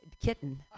kitten